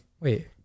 Wait